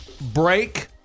Break